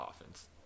offense